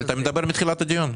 אבל אתה מדבר מתחילת הדיון.